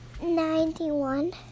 Ninety-one